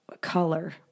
color